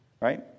right